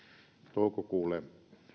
toukokuulle